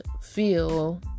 feel